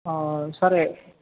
సరే